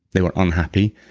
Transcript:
they were unhappy,